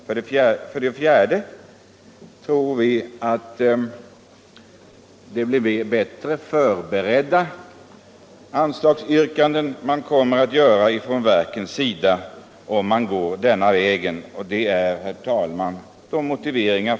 För det fjärde tror vi att verkens anslagsyrkanden blir bättre förberedda om man tillämpar en sådan ordning.